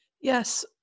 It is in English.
Yes